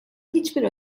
hiçbir